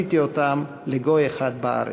ועשיתי אֹתם לגוי אחד בארץ".